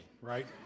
right